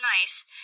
nice